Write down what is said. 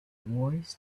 wars